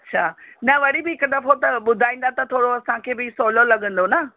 अछा न वरी बि हिकु दफ़ो त ॿुधाईंदा त थोरो असां खे बि सवलो लॻंदो न